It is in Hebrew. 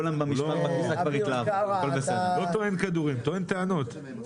הוא לא טוען כדורים, טוען טענות.